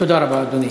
תודה רבה, אדוני.